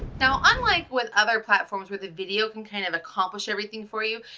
now unlike with other platforms where the video can kind of accomplish everything for you,